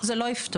זה לא יפתור.